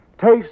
Taste